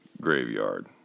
graveyard